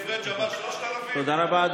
תודה רבה.